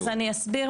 אז אני אסביר.